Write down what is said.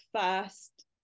first